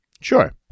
Sure